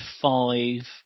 five